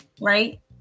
right